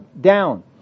down